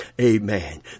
amen